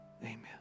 Amen